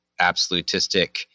absolutistic